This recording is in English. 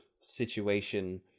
situation